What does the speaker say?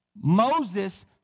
Moses